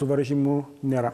suvaržymų nėra